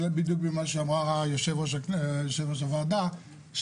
בדיוק מה שאמרה יושבת-ראש הוועדה,